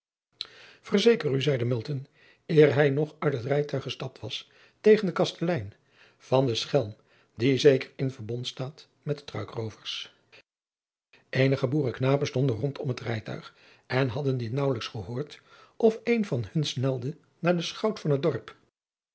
erzeker u zeide eer hij nog uit het rijtuig gestapt was tegen den kastelein van den schelm die zeker in verbond staat met de struikroovers enige boerenknapen stonden rondom het rijtuig en hadden dit naauwelijks gehoord of een van hun snelde naar den chout van het dorp